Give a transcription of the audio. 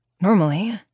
Normally